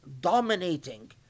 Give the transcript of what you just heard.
dominating